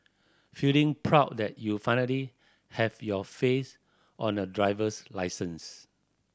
feeling proud that you finally have your face on a driver's licence